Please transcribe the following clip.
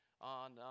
on